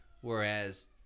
Whereas